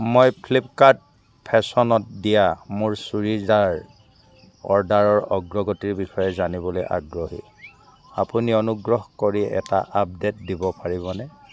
মই ফ্লিপকাৰ্ট ফেশ্বনত দিয়া মোৰ চুৰিদাৰৰ অৰ্ডাৰৰ অগ্ৰগতিৰ বিষয়ে জানিবলৈ আগ্ৰহী আপুনি অনুগ্ৰহ কৰি এটা আপডে'ট দিব পাৰিবনে